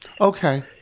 Okay